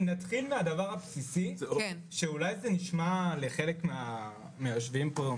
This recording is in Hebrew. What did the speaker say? נתחיל מהדבר הבסיסי שאולי נשמע טיפשי לחלק מהיושבים כאן: